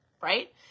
right